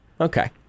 Okay